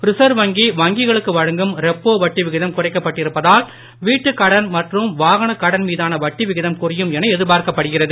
reserve வங்கி வங்கிகளுக்கு வழங்கும் ரெப்போ வட்டி விகிதம் குறைக்கப் பட்டிருப்பதால் வீட்டுக் கடன் மற்றும் வானக் கடன் மீதான வட்டி விகிதமும் குறையம் என எதிர்பார்க்கப் படுகிறது